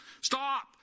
stop